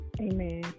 Amen